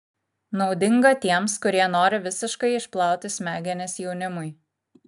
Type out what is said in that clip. naudinga tiems kurie nori visiškai išplauti smegenis jaunimui